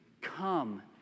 Come